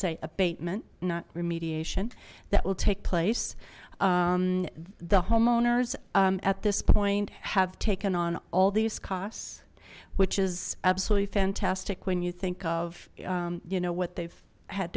say abatement not remediation that take place the homeowners at this point have taken on all these costs which is absolutely fantastic when you think of you know what they've had